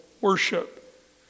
worship